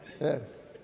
Yes